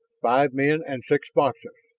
five men and six boxes.